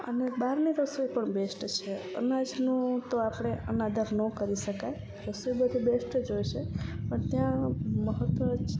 અને બહારની રસોઈ પણ બેસ્ટ છે અનાજનું તો આપણે અનાદાર ન કરી શકાય રસોઈ બધી બેસ્ટ જ હોય છે પણ ત્યાં મહત્ત્વનું